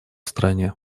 стране